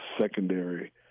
secondary